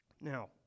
Now